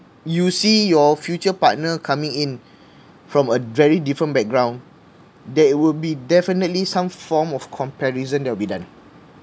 you see your future partner coming in from a very different background there will be definitely some form of comparison that will be done